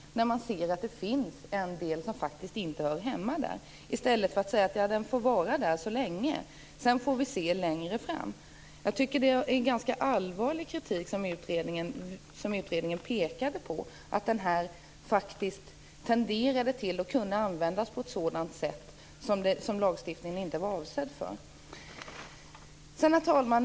När man ser att det finns en del i den här lagstiftningen som faktiskt inte hör hemma där bör man inte säga sig att den skall få vara kvar där tills vidare och att vi längre fram får se hur det blir. Jag tycker att utredningen framförde en ganska allvarlig kritik när den pekade på att lagstiftningen tenderade att kunna användas på ett sätt som den inte var avsedd för. Herr talman!